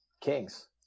kings